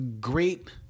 great